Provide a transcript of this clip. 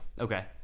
Okay